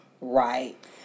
Right